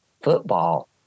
football